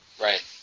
Right